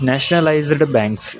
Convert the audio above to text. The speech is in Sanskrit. nationalised banks